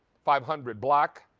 five hundred. black,